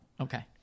Okay